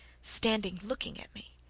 standing looking at me.